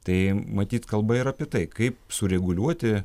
tai matyt kalba yra apie tai kaip sureguliuoti